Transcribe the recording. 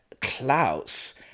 Klaus